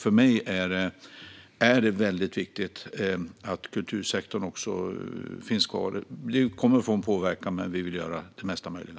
För mig är det viktigt att kultursektorn finns kvar. Vi kommer att få en påverkan, men vi vill göra det mesta möjliga.